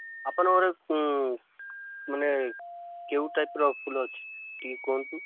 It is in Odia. ଆପଣଙ୍କର ମାନେ କେଉଁ ଟାଇପ୍ର ଫୁଲ ଅଛି ଟିକେ କୁହନ୍ତୁ